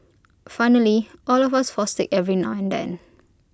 finally all of us fall sick every now and then